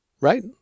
right